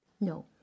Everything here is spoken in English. No